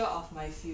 err